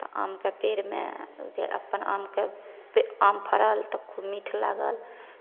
तऽ आमके पेड़मे अपन आमके आम फड़ल तऽ खूब मीठ लागल